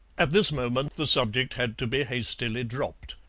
at this moment the subject had to be hastily dropped.